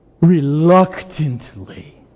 reluctantly